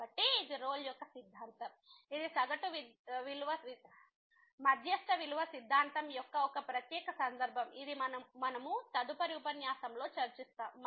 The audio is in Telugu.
కాబట్టి ఇది రోల్ యొక్క సిద్ధాంతం ఇది మధ్యస్థ విలువ సిద్ధాంతం యొక్క ఒక ప్రత్యేక సందర్భం ఇది మనము తదుపరి ఉపన్యాసంలో చర్చిస్తాము